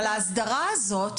אבל ההסדרה הזאת,